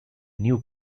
new